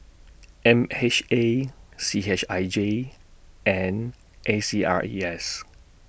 M H A C H I J and A C R E S